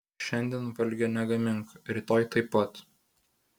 šiandien valgio negamink rytoj taip pat